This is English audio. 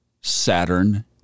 Saturn